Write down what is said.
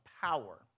power